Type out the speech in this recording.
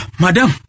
madam